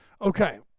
okay